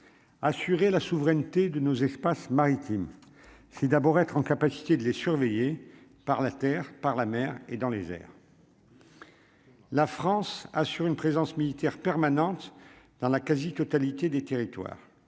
assurer la souveraineté de nos espaces maritimes, c'est d'abord être en capacité de les surveiller par la terre par la mer et dans les airs. Comment. La France assure une présence militaire permanente dans la quasi-totalité des territoires,